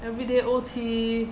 everyday O_T